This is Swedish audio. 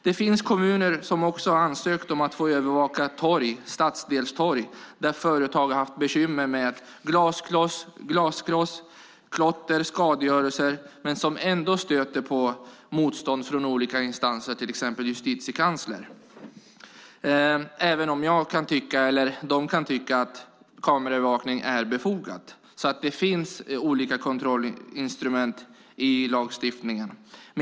Det finns kommuner som ansökt om att få övervaka stadsdelstorg där företag haft bekymmer med glaskross, klotter och annan skadegörelse. De stöter dock på motstånd från olika instanser, till exempel Justitiekanslern, även om de kan tycka att kameraövervakning är befogat. Det finns alltså olika kontrollinstrument i lagstiftningen.